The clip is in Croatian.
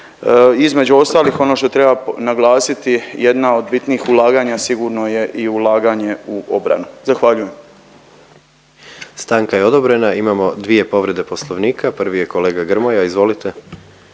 Između ostalih ono što treba naglasiti jedna od bitnijih ulaganja sigurno je i ulaganje u obranu. Zahvaljujem. **Jandroković, Gordan (HDZ)** Stanka je odobrena. Imamo dvije povrede poslovnika, prvi je kolega Grmoja. Izvolite.